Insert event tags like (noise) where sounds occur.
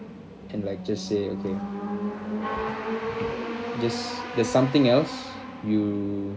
and like just say okay (noise) there's there's something else you